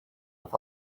with